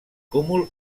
cúmul